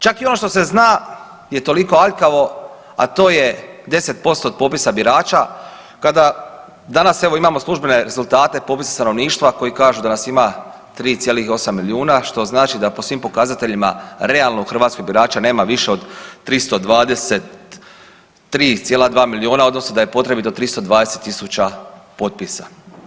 Čak i ono što se zna je toliko aljkavao, a to je 10% od popisa birača kada danas evo imamo službene rezultate popisa stanovništva koji kažu da nas ima 3,8 milijuna, što znači da po svim pokazateljima realno u Hrvatskoj birača nema više od 323,2 milijuna odnosno da je potrebito 320.000 potpisa.